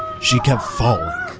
she kept falling,